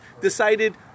decided